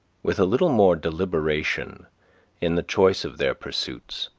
with a little more deliberation in the choice of their pursuits,